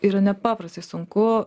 yra nepaprastai sunku